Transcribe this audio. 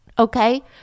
okay